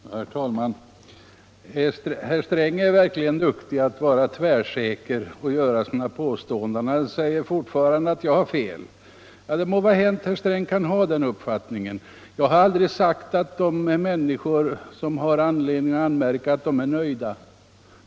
Herr talman! Herr Sträng är verkligen duktig när det gäller att uppträda tvärsäkert och göra påståenden. Han säger fortfarande att jag har fel. Ja, det må vara hänt att herr Sträng har den uppfattningen. Men jag har aldrig sagt att de människor som har anledning att anmärka är nöjda.